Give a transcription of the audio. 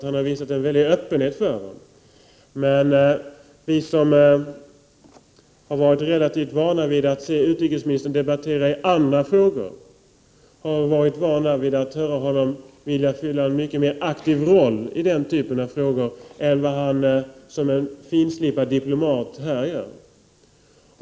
Han har visat stor öppenhet, men vi som har hört utrikesministern debattera i andra frågor har varit vana vid att höra honom vilja fylla en mycket mer aktiv roll än vad han som en finslipad diplomat här gör.